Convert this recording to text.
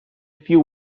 few